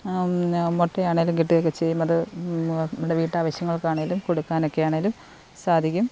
മുട്ട ആണെങ്കിലും കിട്ടുകയൊക്കെ ചെയ്യും അത് ഇവിടെ വീട്ടാവശ്യങ്ങൾക്കാണേലും കൊടുക്കാനൊക്കെ ആണെങ്കിലും സാധിക്കും